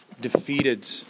defeated